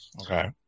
Okay